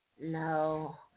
No